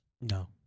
No